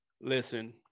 Listen